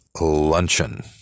luncheon